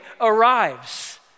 arrives